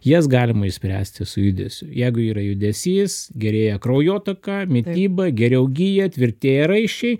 jas galima išspręsti su judesiu jeigu yra judesys gerėja kraujotaka mityba geriau gyja tvirtėja raiščiai